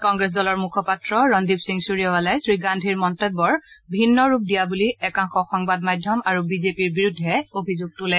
কংগ্ৰেছ দলৰ মুখপাত্ৰ ৰণদীপ সিঙ সূৰ্যেৱালাই শ্ৰীগান্ধীৰ মন্তব্যৰ ভিন্ন ৰূপ দিয়া বুলি একাংশ সংবাদ মাধ্যম আৰু বিজেপিৰ বিৰুদ্ধে অভিযোগ তোলে